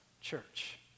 church